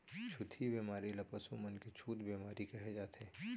छुतही बेमारी ल पसु मन के छूत बेमारी कहे जाथे